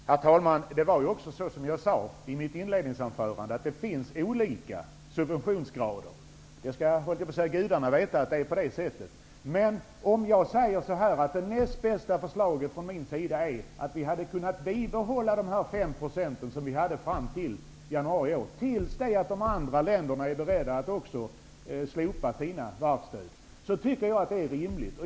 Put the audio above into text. Herr talman! Jag sade i mitt inledningsanförande att det finns olika subventionsgrader. Det skall gudarna veta. Men det näst bästa förslaget från min sida är att vi hade kunnat bibehålla de 5 % vi hade fram till januari i år till dess att de andra länderna också var beredda att slopa sina varvsstöd. Jag tycker att det är rimligt.